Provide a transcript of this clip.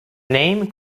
name